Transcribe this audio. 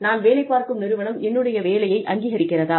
நான் வேலை பார்க்கும் நிறுவனம் என்னுடைய வேலையை அங்கீகரிக்கிறதா